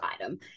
item